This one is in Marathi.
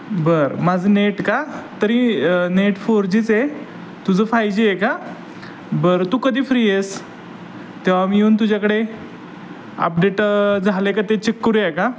बरं माझं नेट का तरी नेट फोर जीच आहे तुझं फाय जी आहे का बरं तू कधी फ्री आहेस तेव्हा मी येऊन तुझ्याकडे अपडेट झालं आहे का ते चेक करूया का